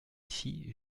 ici